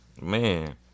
man